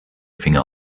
finger